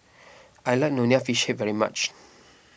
I like Nonya Fish Head very much